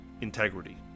integrity